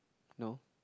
no